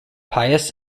pious